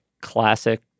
classic